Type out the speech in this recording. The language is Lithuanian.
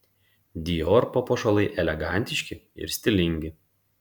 dior papuošalai elegantiški ir stilingi